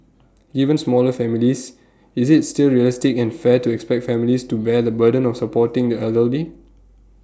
given smaller families is IT still realistic and fair to expect families to bear the burden of supporting the elderly